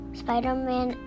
spider-man